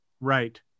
Right